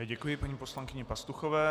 Děkuji paní poslankyni Pastuchové.